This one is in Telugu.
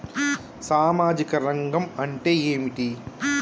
సామాజిక రంగం అంటే ఏమిటి?